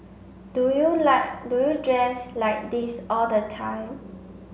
do you like do you dress like this all the time